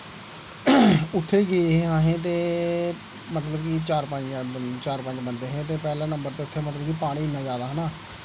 उत्थें गे हे असें ते मतलब कि चार पंज चार पंज बंदे हे ते पैह्लें नंबर ते उत्थें पानी इन्ना जादा हा ना